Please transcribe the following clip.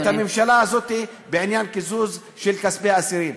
את הממשלה הזאת בעניין קיזוז של כספי אסירים.